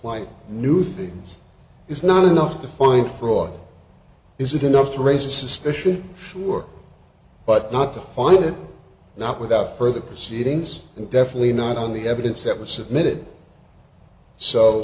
like new things is not enough to find fraud is it enough to raise a suspicion sure but not to find it not without further proceedings and definitely not on the evidence that was submitted so